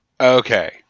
okay